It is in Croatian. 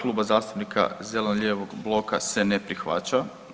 Kluba zastupnika zeleno-lijevog bloka se ne prihvaća.